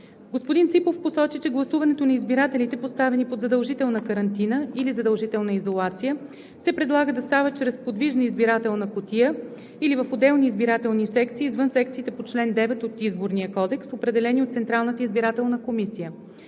Господин Ципов посочи, че гласуването на избирателите, поставени под задължителна карантина или задължителна изолация, се предлага да става чрез подвижна избирателна кутия или в отделни избирателни секции, извън секциите по чл. 9 от Изборния кодекс, определени от Централната избирателна комисия.